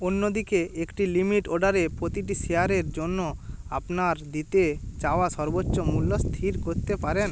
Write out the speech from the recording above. অন্য দিকে একটি লিমিট অর্ডারে প্রতিটি শেয়ারের জন্য আপনার দিতে চাওয়া সর্বোচ্চ মূল্য স্থির করতে পারেন